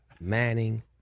Manning